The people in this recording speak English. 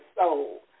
soul